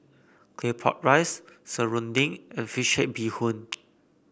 Claypot Rice serunding and fish head Bee Hoon